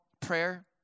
prayer